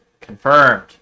confirmed